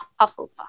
Hufflepuff